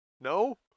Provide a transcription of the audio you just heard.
No